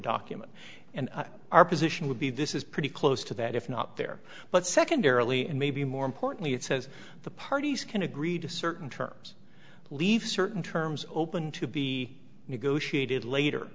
document and our position would be this is pretty close to that if not there but secondarily and maybe more importantly it says the parties can agree to certain terms leave certain terms open to be negotiated later